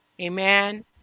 Amen